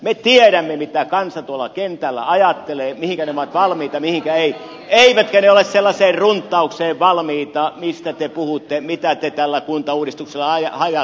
me tiedämme mitä kansa tuolla kentällä ajattelee mihinkä he ovat valmiita ja mihinkä eivät eivätkä he ole sellaiseen runttaukseen valmiita mistä te puhutte mitä te tällä kuntauudistuksella ajatte